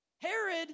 Herod